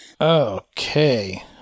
Okay